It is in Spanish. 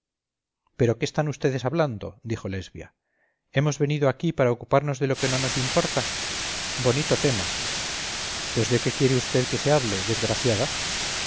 pero qué están vds hablando dijo lesbia hemos venido aquí para ocuparnos de lo que no nos importa bonito tema pues de qué quiere vd que se hable desgraciada